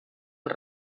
els